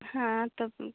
हाँ तब